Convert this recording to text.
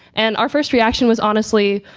and our first reaction was, honestly,